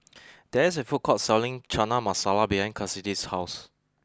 there is a food court selling Chana Masala behind Kassidy's house